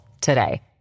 today